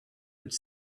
could